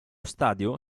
stadio